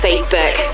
Facebook